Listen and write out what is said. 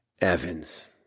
Evans